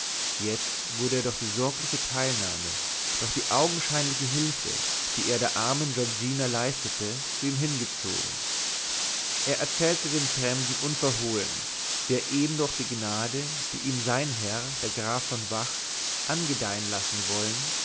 jetzt wurde er durch die sorgliche teilnahme durch die augenscheinliche hülfe die er der armen giorgina leistete zu ihm hingezogen er erzählte dem fremden unverhohlen wie er eben durch die gnade die ihm sein herr der graf von vach angedeihen lassen wollen